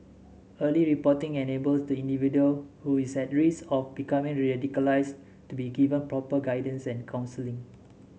early reporting enable the individual who is at risk of becoming radicalised to be given proper guidance and counselling